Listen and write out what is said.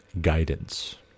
guidance